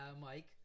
mike